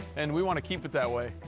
and we want to keep it that way.